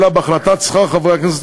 אלא בהחלטת שכר חברי הכנסת,